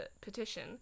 petition